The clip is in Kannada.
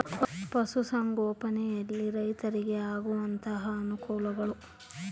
ಪಶುಸಂಗೋಪನೆಯಲ್ಲಿ ರೈತರಿಗೆ ಆಗುವಂತಹ ಅನುಕೂಲಗಳು?